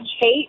hate